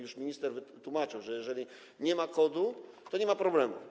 Już minister tłumaczył, że jeżeli nie ma kodu, to nie ma problemu.